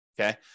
okay